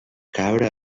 cabra